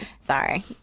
Sorry